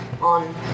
on